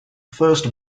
first